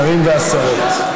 השרים והשרות,